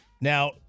Now